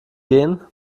gehen